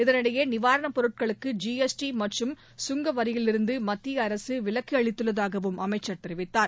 இதனிடையே நிவாரணப் பொருட்களுக்கு ஜிஎஸ்டி மற்றும் சுங்க வரியிலிருந்து மத்திய அரசு விலக்கு அளித்துள்ளதாகவும் அமைச்சர் தெரிவித்தார்